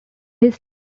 his